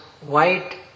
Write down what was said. white